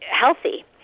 healthy